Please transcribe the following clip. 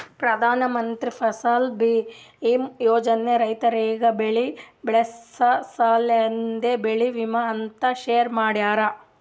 ಪ್ರಧಾನ ಮಂತ್ರಿ ಫಸಲ್ ಬೀಮಾ ಯೋಜನೆ ರೈತುರಿಗ್ ಬೆಳಿ ಬೆಳಸ ಸಲೆಂದೆ ಬೆಳಿ ವಿಮಾ ಅಂತ್ ಶುರು ಮಾಡ್ಯಾರ